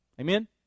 Amen